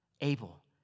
Abel